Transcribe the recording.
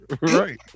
right